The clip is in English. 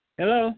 Hello